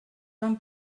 van